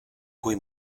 cui